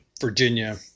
Virginia